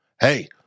Hey